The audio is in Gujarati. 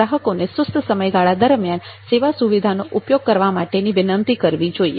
ગ્રાહકોને સુસ્ત સમયગાળા દરમ્યાન સેવા સુવિધાઓનો ઉપયોગ કરવા માટેની વિનંતી કરવી જોઈએ